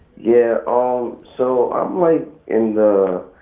yeah, um so i'm like in the,